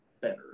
better